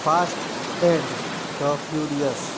fast and the furious